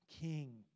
king